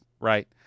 right